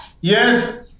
Yes